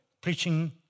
preaching